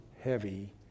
heavy